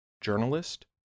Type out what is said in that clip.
journalist